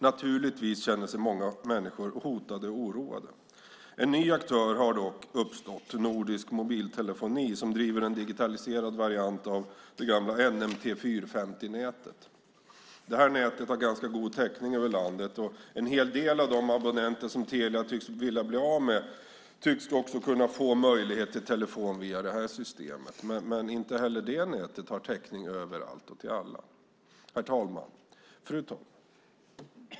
Naturligtvis känner sig många människor hotade och oroade. En ny aktör har dock uppstått - Nordisk mobiltelefoni, som driver en digitaliserad variant av det gamla NMT 450-nätet. Det nätet har ganska god täckning över landet. En hel del av de abonnenter som Telia tycks vilja bli av med verkar kunna få möjlighet till telefon via det här systemet. Men inte heller detta nät har täckning överallt och för alla. Fru talman!